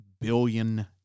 billion